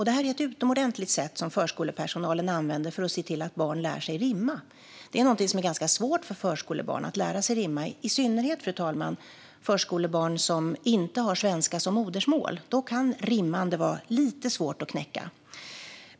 Detta är ett utomordentligt sätt som förskolepersonalen använder för att se till att barn lär sig att rimma. Det är ganska svårt för förskolebarn att lära sig rimma, i synnerhet de förskolebarn som inte har svenska som modersmål. Då kan rimmande vara lite svårt att knäcka.